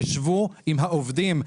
תשבו עם העובדים.